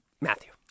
Matthew